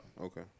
Okay